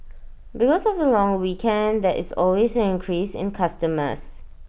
because of the long weekend there is always an increase in customers